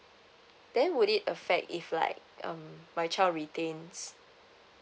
then would it affect if like um my child retains